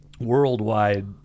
Worldwide